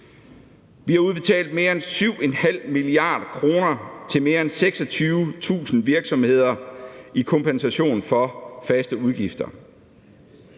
vi har udbetalt mere end 7,5 mia. kr. til mere end 26.000 virksomheder i kompensation for faste udgifter;